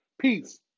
Peace